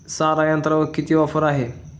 सारा यंत्रावर किती ऑफर आहे?